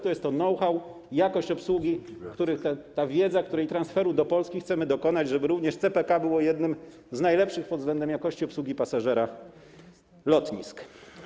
To jest to know-how, jakość obsługi, ta wiedza, której transferu do Polski chcemy dokonać, żeby również CPK było jednym z najlepszych pod względem jakości obsługi pasażera lotnisk.